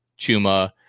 Chuma